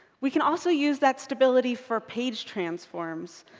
we can also use that stability for page transforms.